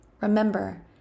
Remember